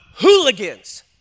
hooligans